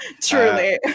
Truly